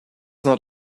not